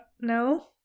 No